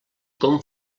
com